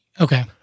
Okay